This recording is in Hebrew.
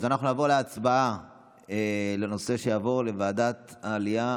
אז אנחנו נעבור להצבעה על כך שהנושא יעבור לוועדת העלייה,